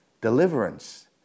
deliverance